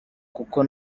kuko